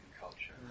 culture